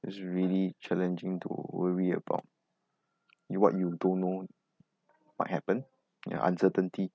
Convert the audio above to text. it's really challenging to worry about you what you don't know what happen ya uncertainty